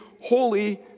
holy